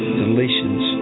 deletions